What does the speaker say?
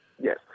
Yes